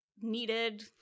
needed